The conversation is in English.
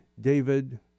David